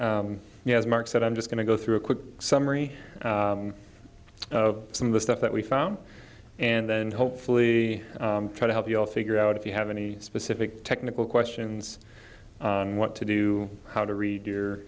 said i'm just going to go through a quick summary of some of the stuff that we found and then hopefully try to help you all figure out if you have any specific technical questions on what to do how to read your